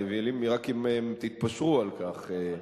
רק אם תתפשרו על כך.